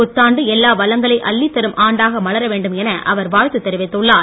புத்தாண்டு எல்லா வளங்களை அள்ளித்தரும் ஆண்டாக மலர வேண்டும் என அவர் வாழ்த்து தெரிவித்துள்ளார்